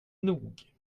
nog